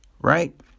right